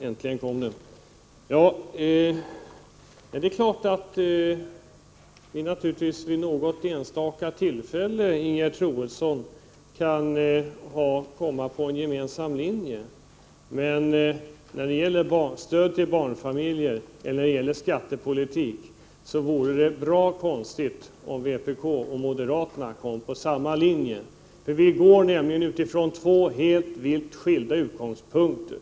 Herr talman! Det är klart, Ingegerd Troedsson, att vi vid något enstaka tillfälle kan komma på en gemensam linje med moderaterna, men det vore bra konstigt om det skulle ske när det gäller stödet till barnfamiljerna eller skattepolitiken. Vi går nämligen ut ifrån vitt skilda utgångspunkter.